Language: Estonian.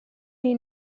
oli